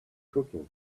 cooking